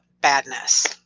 badness